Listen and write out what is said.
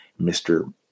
Mr